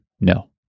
no